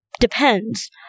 depends